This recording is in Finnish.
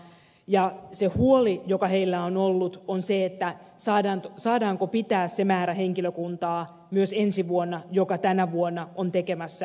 ja se huoli joka heillä on ollut on se saadaanko pitää myös ensi vuonna se määrä henkilökuntaa joka tänä vuonna on tekemässä näitä töitä